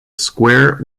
square